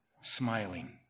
smiling